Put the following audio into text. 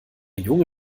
junge